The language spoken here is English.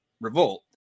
revolt